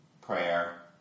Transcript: prayer